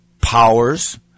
powers